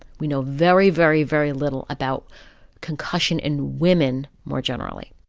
we know very very very little about concussion in women more generally.